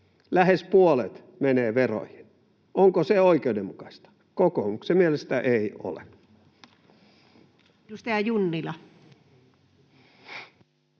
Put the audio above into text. lähes puolet menee veroihin. Onko se oikeudenmukaista? Kokoomuksen mielestä ei ole. Edustaja Junnila.